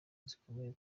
zikomeye